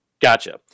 Gotcha